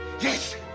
yes